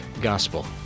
gospel